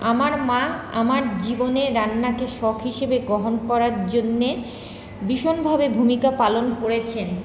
আমার মা আমার জীবনে রান্নাকে শখ হিসেবে গ্রহণ করার জন্যে ভীষণভাবে ভূমিকা পালন করেছেন